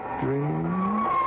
dreams